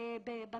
אבל